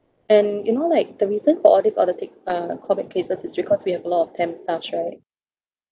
and you know like the reason for all this order take uh callback cases is because we have a lot of temp staffs right